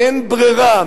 אין ברירה.